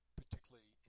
particularly